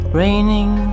raining